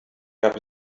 gab